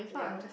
yeah